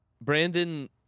Brandon